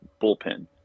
bullpen